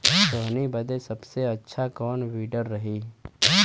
सोहनी बदे सबसे अच्छा कौन वीडर सही रही?